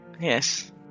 Yes